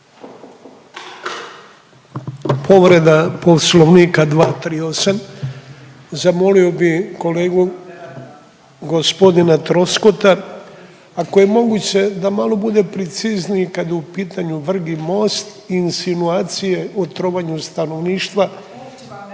Povreda poslovnika 238., zamolio bi kolegu gospodina Troskota ako je moguće da malo bude precizniji kad je u pitanju Vrginmost insinuacije o trovanju stanovništva